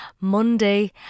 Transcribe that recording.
Monday